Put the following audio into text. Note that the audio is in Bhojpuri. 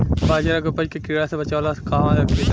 बाजरा के उपज के कीड़ा से बचाव ला कहवा रखीं?